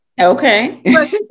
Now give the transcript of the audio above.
Okay